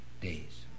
days